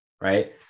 Right